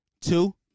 two